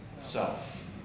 Self